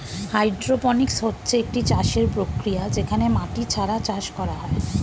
hydroponics হচ্ছে একটি চাষের প্রক্রিয়া যেখানে মাটি ছাড়া চাষ করা হয়